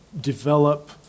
develop